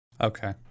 Okay